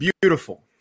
beautiful